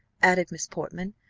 added miss portman,